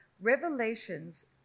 Revelations